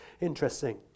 interesting